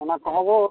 ᱚᱱᱟ ᱠᱚᱦᱚᱸ ᱵᱚ